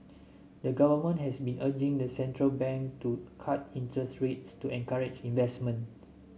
the government has been urging the central bank to cut interest rates to encourage investment